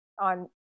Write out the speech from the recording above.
on